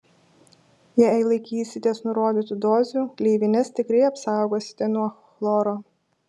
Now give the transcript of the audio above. jei laikysitės nurodytų dozių gleivines tikrai apsaugosite nuo chloro